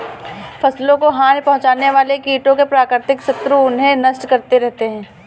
फसलों को हानि पहुँचाने वाले कीटों के प्राकृतिक शत्रु उन्हें नष्ट करते रहते हैं